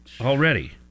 already